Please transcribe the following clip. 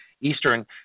Eastern